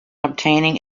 obtaining